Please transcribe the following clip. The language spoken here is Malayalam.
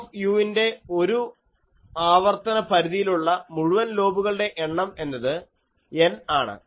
F ന്റെ ഒരു ആവർത്തന പരിധിയിലുള്ള മുഴുവൻ ലോബുകളുടെയും എണ്ണം എന്നത് N ആണ്